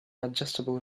adjustable